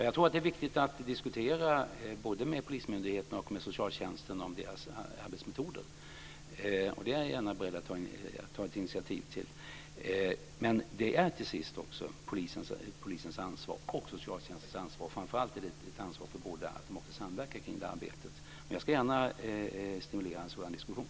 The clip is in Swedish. Fru talman! Jag tror att det är viktigt att diskutera både med polismyndigheterna och med socialtjänsten om deras arbetsmetoder. Det är jag gärna beredd att ta initiativ till. Men detta är till sist polisens och socialtjänstens ansvar. Och det är framför allt deras ansvar att de samverkar kring det arbetet, men jag ska gärna stimulera en sådan diskussion.